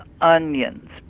onions